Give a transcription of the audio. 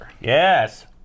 Yes